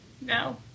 No